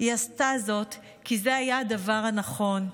היא עשתה זאת כי זה היה הדבר הנכון,